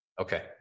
Okay